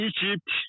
Egypt